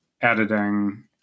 editing